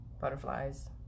butterflies